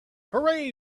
hooray